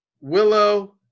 willow